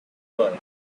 boy